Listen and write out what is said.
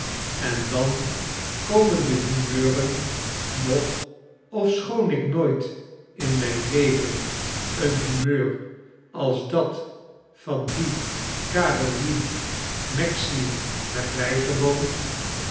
en dan komen de humeuren nog ofschoon ik nooit in myn leven een humeur als dat van die carolien maxley heb bygewoond